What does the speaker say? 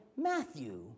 Matthew